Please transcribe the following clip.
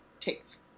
takes